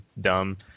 dumb